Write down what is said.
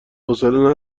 حوصله